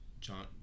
John